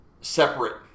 separate